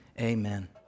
amen